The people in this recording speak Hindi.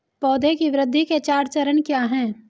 पौधे की वृद्धि के चार चरण क्या हैं?